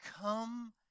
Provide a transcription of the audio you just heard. come